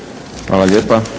Hvala lijepa.